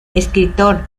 escritor